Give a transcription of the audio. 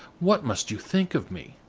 what must you think of me?